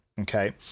Okay